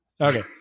Okay